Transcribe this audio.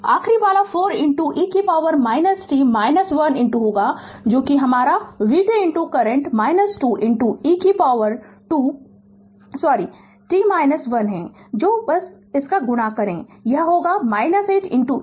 Refer Slide Time 0336 आखिरी वाला 4 e t 1 होगा जो आपका vt करंट 2 e कि पावर 2 सॉरी टी 1 है तो बस गुणा करें यह होगा 8 e से पावर 2 t - 1